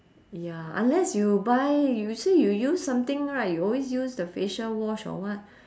ya unless you buy you say you use something right you always use the facial wash or what